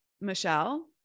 Michelle